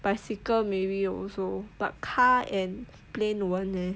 bicycle maybe also but car and plane won't leh